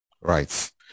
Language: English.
Right